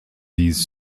these